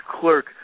clerk